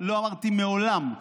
לא אמרתי מעולם.